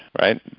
right